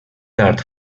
tard